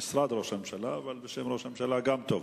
משרד ראש הממשלה, אבל "בשם ראש הממשלה" גם טוב.